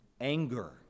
anger